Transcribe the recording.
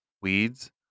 weeds